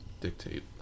dictate